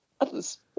others